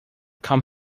come